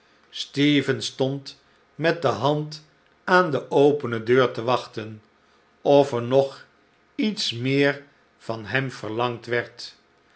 stephen stond met de hand aan de opene deur te wachten of er nog iets meer van hem verlangd werd